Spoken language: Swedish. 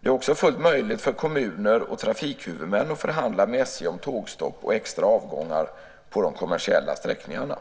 Det är också fullt möjligt för kommuner och trafikhuvudmän att förhandla med SJ om tågstopp och extra avgångar på de kommersiella sträckningarna.